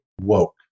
woke